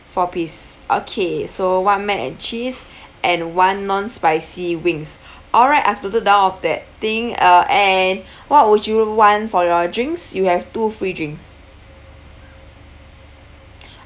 four piece okay so one mac and cheese and one non spicy wings alright I've noted down of that thing uh and what would you want for your drinks you have two free drinks